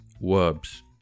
verbs